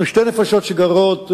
אנחנו שתי נפשות שגרות בבית.